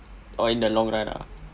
oh in the long run ah